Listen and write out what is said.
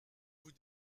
vous